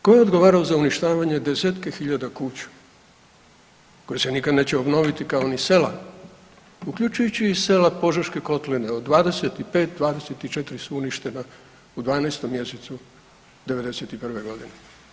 Tko je odgovarao za uništavanje 10-tke hiljada kuća koje se nikad neće obnoviti kao ni sela uključujući i sela Požeške kotline od 25, 24 su uništena u 12. mjesecu '91. godine.